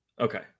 okay